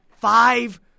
five